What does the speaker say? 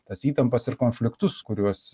tas įtampas ir konfliktus kuriuos